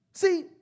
See